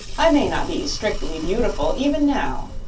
i may not be strictly beautiful, even now,